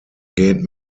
gained